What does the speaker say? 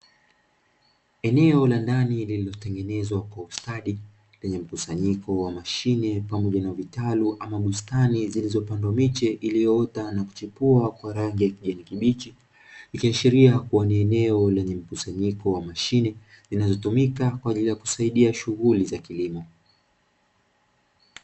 Eneo la ndani lililotengenezwa kwa ustadi lenye mkusanyiko wa mashine pamoja na vitalu ama bustani zilizopandwa miche iliyoota na kuchipua kwa rangi ya kijani kibichi, ikiashiria ni eneo lenye mkusanyiko wa mashine zinazotumika kwa ajili ya kusaidia shughuli za kilimo.